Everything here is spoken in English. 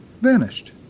vanished